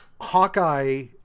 Hawkeye